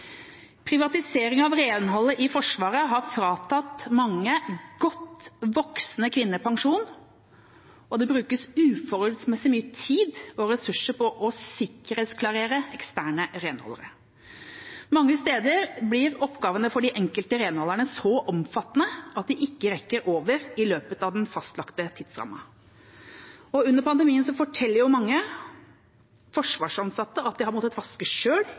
av renholdet i Forsvaret har fratatt mange godt voksne kvinner pensjon, og det brukes uforholdsmessig mye tid og ressurser på å sikkerhetsklarere eksterne renholdere. Mange steder blir oppgavene for de enkelte renholderne så omfattende at de ikke rekker over i løpet av den fastlagte tidsramma. Under pandemien forteller mange forsvarsansatte at de har måttet vaske sjøl.